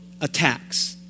attacks